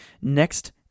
Next